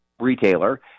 retailer